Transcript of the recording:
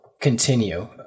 continue